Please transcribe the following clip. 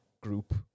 group